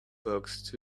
box